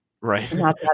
right